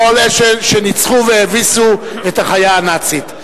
שניצחו והביסו את החיה הנאצית.